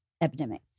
epidemic